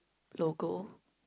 local